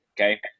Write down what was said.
Okay